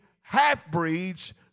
half-breeds